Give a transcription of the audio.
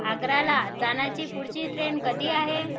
आग्र्याला जाण्याची पुढची ट्रेन कधी आहे